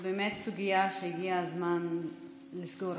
זאת באמת סוגיה שהגיע הזמן לסגור.